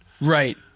right